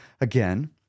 again